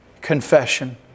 confession